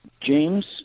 James